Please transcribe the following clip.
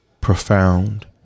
profound